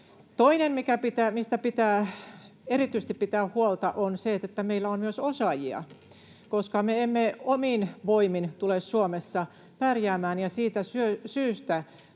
Toinen, mistä pitää erityisesti pitää huolta, on se, että meillä on myös osaajia, koska me emme omin voimin tule Suomessa pärjäämään. Siitä syystä